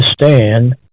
understand